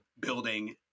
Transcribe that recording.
building